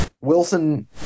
Wilson